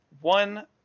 One